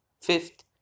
Fifth